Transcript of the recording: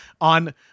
on